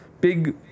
big